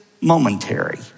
momentary